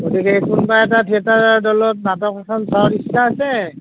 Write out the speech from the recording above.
গতিকে কোনবা এটা থিয়েটাৰৰ দলত নাটক এখন চোৱাৰ ইচ্ছা আছে